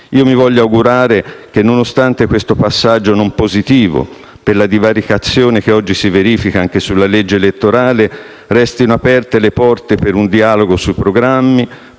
Voglio augurarmi che, nonostante questo passaggio non positivo, per la divaricazione che oggi si verifica anche sulla legge elettorale, restino aperte le porte per un dialogo sui programmi,